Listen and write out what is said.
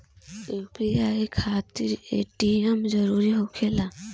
UPI खातिर ATM जरूरी होला?